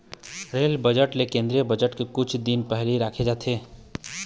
rail budget ल केंद्रीय budget के कुछ दिन पहिली राखे जाथे